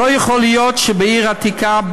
לא יכול להיות שבעיר העתיקה,